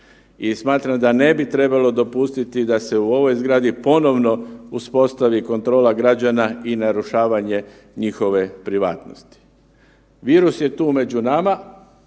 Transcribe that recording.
smatram da ne bi trebalo dopustiti da se u ovoj zgradi ponovno uspostavi kontrola građana i narušavanje njihove privatnosti. Virus je tu među nama,